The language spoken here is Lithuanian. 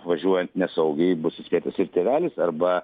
važiuojant nesaugiai bus įspėtas ir tėvelis arba